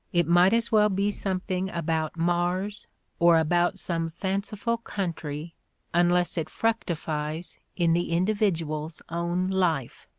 it might as well be something about mars or about some fanciful country unless it fructifies in the individual's own life.